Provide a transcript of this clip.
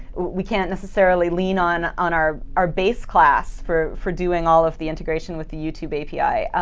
we can't necessarily lean on on our our base class for for doing all of the integration with the youtube api.